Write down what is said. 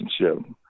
relationship